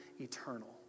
eternal